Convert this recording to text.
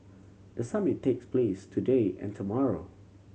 the summit takes place today and tomorrow